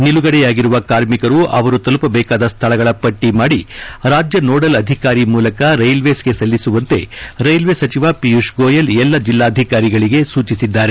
ನಿಲುಗಡೆಯಾಗಿರುವ ಕಾರ್ಮಿಕರು ಅವರು ತಲುಪಬೇಕಾದ ಸ್ವಳಗಳ ಪಟ್ಟ ಮಾಡಿ ರಾಜ್ಯ ನೋಡಲ್ ಅಧಿಕಾರಿ ಮೂಲಕ ರೈಲ್ವೇಸ್ಗೆ ಸಲ್ಲಿಸುವಂತೆ ರೈಲ್ವೆ ಸಚಿವ ಪಿಯೂಷ್ ಗೋಯಲ್ ಎಲ್ಲಾ ಜಿಲ್ಲಾಧಿಕಾರಿಗಳಿಗೆ ಸೂಚಿಸಿದ್ದಾರೆ